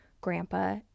grandpa